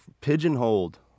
pigeonholed